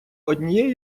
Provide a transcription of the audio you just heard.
однієї